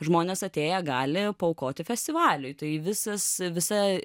žmonės atėję gali paaukoti festivaliui tai visas visa